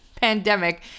pandemic